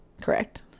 Correct